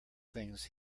things